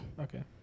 Okay